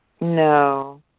No